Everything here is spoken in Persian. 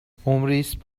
ﻋﻤﺮﯾﺴﺖ